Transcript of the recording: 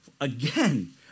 again